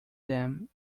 them